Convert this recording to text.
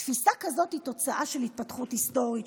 תפיסה כזו היא תוצאה של התפתחות היסטורית,